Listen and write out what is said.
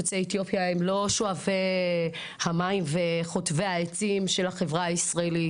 יוצאי אתיופיה הם לא שואבי המים וחוטבי העצים של חברה הישראלית.